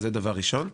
זה דבר ראשון.